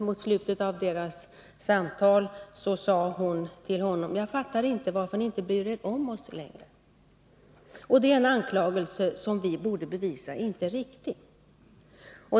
Mot slutet av deras samtal sade hon: ”Jag fattar inte varför ni inte bryr er om oss längre.” Det är en anklagelse som vi borde bevisa inte är riktig.